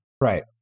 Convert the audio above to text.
Right